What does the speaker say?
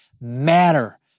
matter